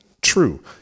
true